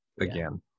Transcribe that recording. again